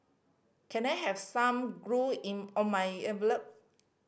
can I have some glue in all my envelope